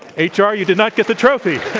h. r, you did not get the trophy.